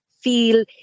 feel